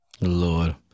Lord